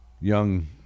young